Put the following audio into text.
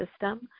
system